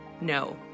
No